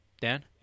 dan